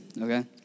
okay